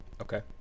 Okay